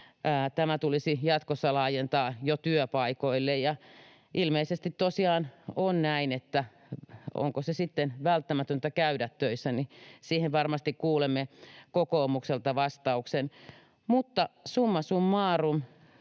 tämä tulisi jatkossa laajentaa työpaikoille, ja ilmeisesti tosiaan on näin, että siihen, onko sitten välttämätöntä käydä töissä, varmasti kuulemme kokoomukselta vastauksen. Summa summarum: